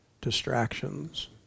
distractions